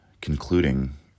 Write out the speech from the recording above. concluding